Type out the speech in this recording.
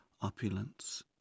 opulence